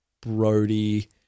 Brody